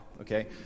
okay